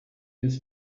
his